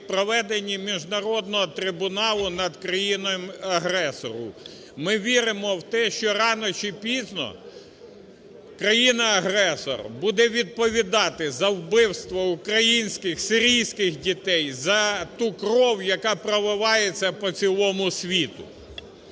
проведенні міжнародного трибуналу над країною-агресором. Ми віримо в те, що рано чи пізно країна-агресор буде відповідати за вбивство український, сірійських дітей, за ту кров, яка проливається по цілому світу.